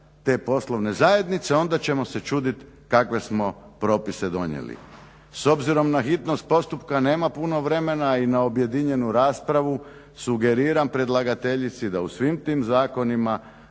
te poslovne zajednice onda ćemo se čuditi kakve smo propise donijeli. S obzirom na hitnost postupka nema puno vremena i na objedinjenu raspravu sugeriram predlagateljici da u svim tim zakonima